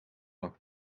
lag